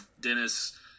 Dennis